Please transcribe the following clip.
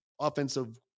offensive